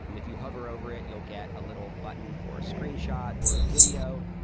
and if you hover over it, you'll get a little button for a screenshot or a video.